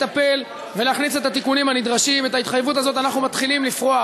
אנחנו מתקנים את העוול הזה.